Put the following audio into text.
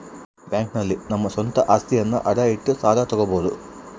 bank ನಲ್ಲಿ ನಮ್ಮ ಸ್ವಂತ ಅಸ್ತಿಯನ್ನ ಅಡ ಇಟ್ಟು ಸಾಲ ತಗೋಬೋದು